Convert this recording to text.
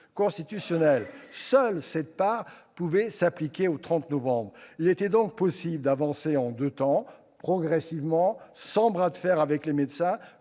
constitutionnel, seule cette part pouvait voir le tiers payant s'appliquer au 30 novembre. Il était possible d'avancer en deux temps, progressivement, sans bras de fer avec les médecins,